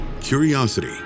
curiosity